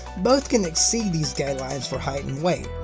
both can exceed these guidelines for height and weight.